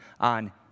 on